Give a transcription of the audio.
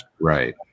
Right